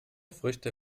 früchte